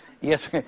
yes